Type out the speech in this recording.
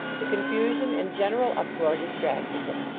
the confusion and general uproar distracted him.